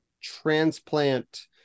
transplant